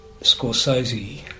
Scorsese